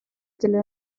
dilyn